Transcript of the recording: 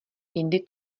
jindy